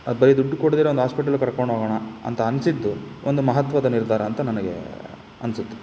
ಅದು ಬರೇ ದುಡ್ಡು ಕೊಡ್ದಿರೆ ಒಂದು ಹಾಸ್ಪೆಟ್ಲಿಗೆ ಕರ್ಕೊಂಡೋಗೋಣ ಅಂತ ಅನಿಸಿದ್ದು ಒಂದು ಮಹತ್ವದ ನಿರ್ಧಾರ ಅಂತ ನನಗೆ ಅನಿಸುತ್ತೆ